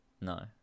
No